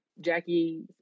Jackie